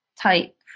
type